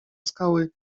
skały